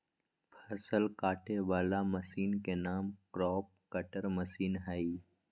फसल काटे वला मशीन के नाम क्रॉप कटर मशीन हइ